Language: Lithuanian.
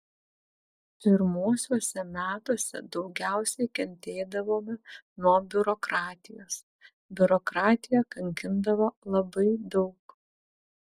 pirmuosiuose metuose daugiausiai kentėdavome nuo biurokratijos biurokratija kankindavo labai daug